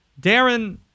Darren